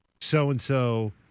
so-and-so